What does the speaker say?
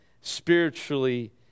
spiritually